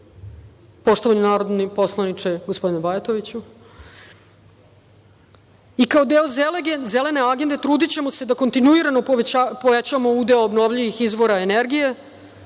poštovani narodni poslaniče gospodine Bajatoviću, i kao deo Zelene agende trudićemo se da kontinuirano povećamo udeo obnovljivih izvora energije